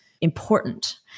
important